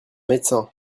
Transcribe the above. médecin